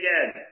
again